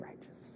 righteous